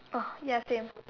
oh ya same